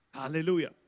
Hallelujah